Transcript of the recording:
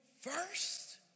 first